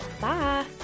bye